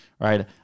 right